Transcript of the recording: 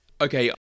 Okay